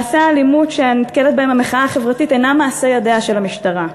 מעשי האלימות שהמחאה החברתית נתקלת בהם אינם מעשי ידיה של המשטרה.